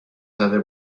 زده